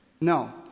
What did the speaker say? No